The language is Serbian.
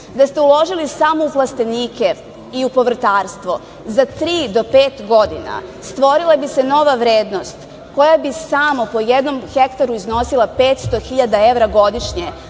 da ste uložili samo u plastenike i u povrtarstvo, za tri do pet godina stvorila bi se nova vrednost, koja bi samo po jednom hektaru iznosila 500.000 evra godišnje,